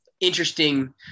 interesting